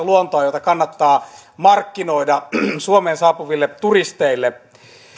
luontoa jota kannattaa markkinoida suomeen saapuville turisteille